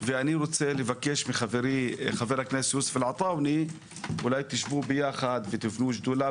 ואני מבקש מחברי חבר הכנסת יוסף עטאונה- אולי תשבו ותבנו שדולה